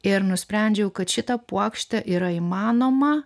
ir nusprendžiau kad šita puokštė yra įmanoma